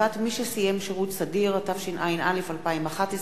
(העדפת מי שסיים שירות סדיר), התשע”א 2011,